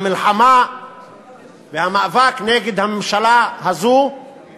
והמלחמה והמאבק נגד הממשלה הזו הם